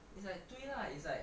it's like 对 lah it's like